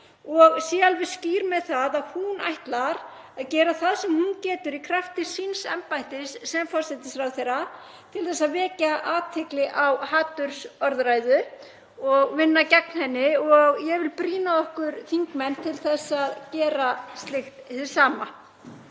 og sé alveg skýr með það að hún ætlar að gera það sem hún getur í krafti síns embættis sem forsætisráðherra til að vekja athygli á hatursorðræðu og vinna gegn henni og ég vil brýna okkur þingmenn til að gera slíkt hið sama.